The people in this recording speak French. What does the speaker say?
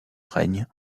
règne